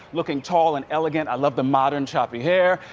looking tall and elegant. i love the modern, choppy hair.